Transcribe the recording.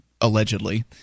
allegedly –